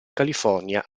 california